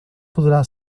poderá